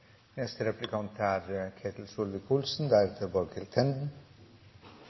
Neste taler er Ketil